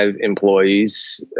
employees